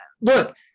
Look